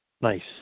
Nice